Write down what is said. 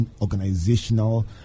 organizational